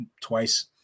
twice